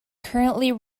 currently